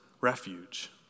refuge